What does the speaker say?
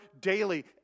daily